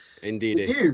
Indeed